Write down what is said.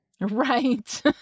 Right